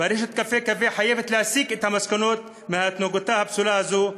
ורשת "קפה קפה" חייבת להסיק את המסקנות מהתנהגותה הפסולה הזאת.